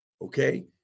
okay